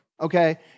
okay